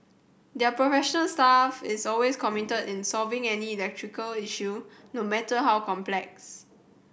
their professional staff is always committed in solving any electrical issue no matter how complex